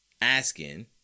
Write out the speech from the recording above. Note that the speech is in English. asking